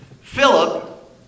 Philip